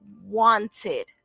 wanted